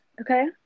okay